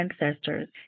ancestors